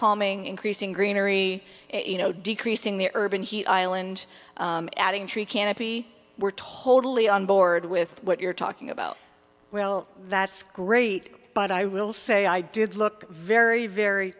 calming increasing greenery you know decreasing the urban heat island adding tree canopy we're totally on board with what you're talking about well that's great but i will say i did look very very